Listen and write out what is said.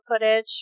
footage